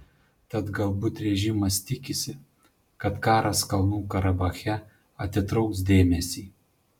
tad galbūt režimas tikisi kad karas kalnų karabache atitrauks dėmesį